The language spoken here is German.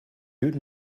hüten